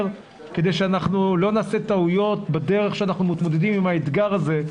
כדי שאנחנו לא נעשה טעויות בדרך שאנחנו מתמודדים עם האתגר הזה,